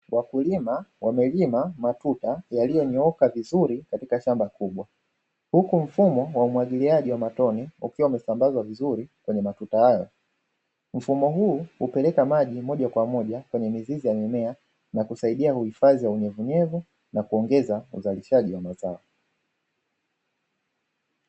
Wakulima wamelima matuta yaliyonyooka vizuri katika shamba kubwa, huku mfumo wa umwagiliaji wa matone ukiwa umesambazwa vizuri kwenye matuta hayo. Mfumo huu hupeleka maji moja kwa moja kwenye mizizi ya mimea, na kusaidia uhifadhi wa unyevunyevu na kuomgeza uzalishaji wa mazao.